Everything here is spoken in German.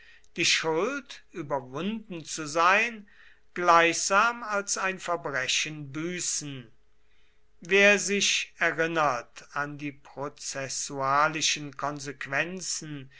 die schuld überwunden zu sein gleichsam als ein verbrechen büßen wer sich erinnert an die prozessualischen konsequenzen